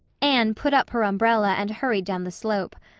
anne put up her umbrella and hurried down the slope.